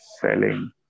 selling